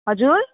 हजुर